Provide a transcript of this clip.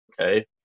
Okay